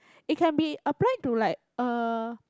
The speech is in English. it can be applied to like uh